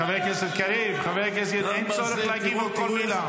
חבר הכנסת קריב, אין צורך להגיב על כל מילה.